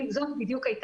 נכון, בדיוק.